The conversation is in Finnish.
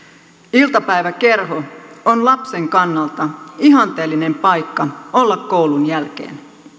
iltapäiväkerho on lapsen kannalta ihanteellinen paikka olla koulun jälkeen